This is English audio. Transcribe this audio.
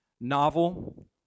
novel